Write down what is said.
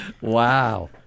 Wow